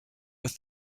with